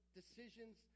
decisions